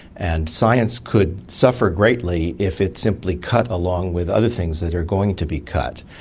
and science could suffer greatly if it's simply cut along with other things that are going to be cut.